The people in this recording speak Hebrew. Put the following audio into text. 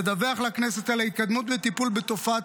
לדווח לכנסת על ההתקדמות בטיפול בתופעת